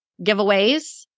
giveaways